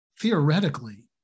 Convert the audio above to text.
theoretically